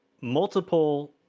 multiple